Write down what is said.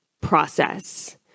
process